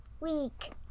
week